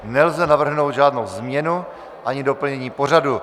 Nelze navrhnout žádnou změnu ani doplnění pořadu.